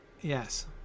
Yes